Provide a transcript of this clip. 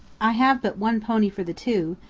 i have but one pony for the two,